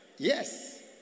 Yes